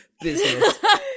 business